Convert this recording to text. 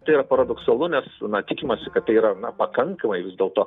tai yra paradoksalu nes na tikimasi kad tai yra na pakankamai vis dėlto